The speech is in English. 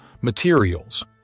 materials